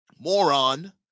moron